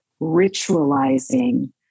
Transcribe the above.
ritualizing